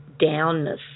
downness